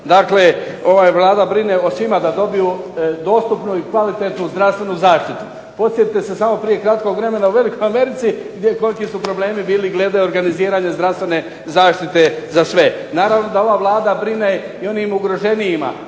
Dakle ova Vlada brine o svima da dobiju dostupnu i kvalitetnu zdravstvenu zaštitu. Podsjetite se samo prije kratkog vremena u velikoj Americi koliki su problemi bili glede organiziranja zdravstvene zaštite za sve. Naravno da ova Vlada brine i onim ugroženijima,